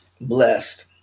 blessed